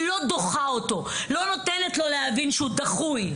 לא דוחה אותו, לא נותנת לו להבין שהוא דחוי.